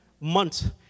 months